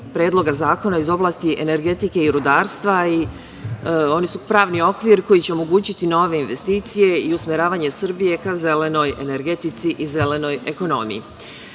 predloga zakona iz oblasti energetike i rudarstva, i oni su pravni okvir koji će omogućiti nove investicije i usmeravanje Srbije ka zelenoj energetici i zelenoj ekonomiji.